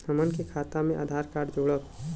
हमन के खाता मे आधार कार्ड जोड़ब?